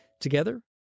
Together